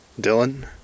Dylan